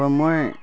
হয় মই